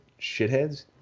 Shitheads